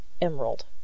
emerald